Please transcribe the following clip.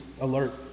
alert